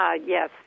Yes